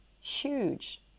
huge